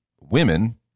women